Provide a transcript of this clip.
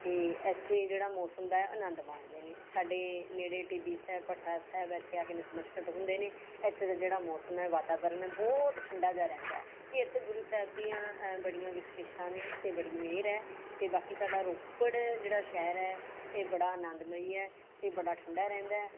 ਅਤੇ ਇੱਥੇ ਜਿਹੜਾ ਮੌਸਮ ਦਾ ਆਨੰਦ ਮਾਣਦੇ ਨੇ ਸਾਡੇ ਨੇੜੇ ਟਿੱਬੀ ਸਾਹਿਬ ਭੱਠਾ ਸਾਹਿਬ ਇੱਥੇ ਆ ਕੇ ਨਤਮਸਤਕ ਹੁੰਦੇ ਨੇ ਇੱਥੇ ਦਾ ਜਿਹੜਾ ਮੌਸਮ ਏ ਵਾਤਾਵਰਨ ਏ ਬਹੁਤ ਠੰਡਾ ਜਾ ਰਹਿੰਦਾ ਹੈ ਕਿ ਇੱਥੇ ਗੁਰੂ ਸਾਹਿਬ ਦੀਆਂ ਬੜੀਆਂ ਬਖਸ਼ੀਸ਼ਾਂ ਨੇ ਅਤੇ ਬੜੀ ਮਿਹਰ ਹੈ ਅਤੇ ਬਾਕੀ ਸਾਡਾ ਰੋਪੜ ਜਿਹੜਾ ਸ਼ਹਿਰ ਹੈ ਇਹ ਬੜਾ ਅਨੰਦਮਈ ਹੈ ਇਹ ਬੜਾ ਠੰਡਾ ਰਹਿੰਦਾ ਹੈ